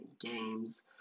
games